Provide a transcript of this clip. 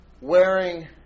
wearing